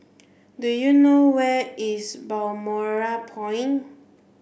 do you know where is Balmoral Point